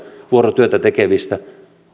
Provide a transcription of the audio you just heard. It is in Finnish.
vuorotyötä tekevistä